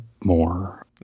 more